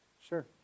Sure